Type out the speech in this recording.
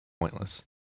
pointless